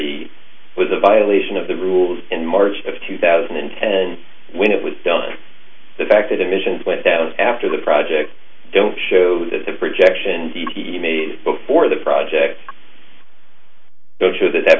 entirety was a violation of the rules in march of two thousand and ten when it was done the fact that emissions went down after the project don't show that the projection d t e made before the project or that that